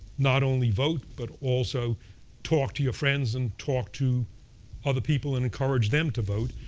not only vote, but also talk to your friends and talk to other people and encourage them to vote.